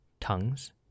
tongues